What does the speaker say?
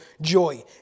joy